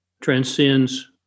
transcends